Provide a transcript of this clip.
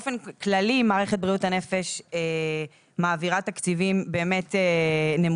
אופן כללי מערכת בריאות הנפש מעבירה תקציבית נמוכים,